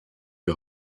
wir